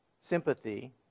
sympathy